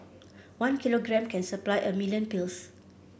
one kilogram can supply a million pills